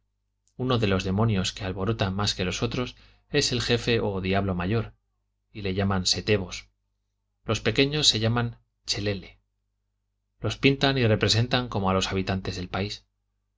uno de los demonios que alborota más que los otros es el jefe o diablo mayor y le llaman setebos los pequeños se llaman chelele los pintan y representan como a los habitantes del país